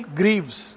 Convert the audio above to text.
grieves